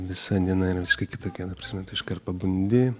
visa diena yra visiškai kitokia taprasme tu iškart pabundi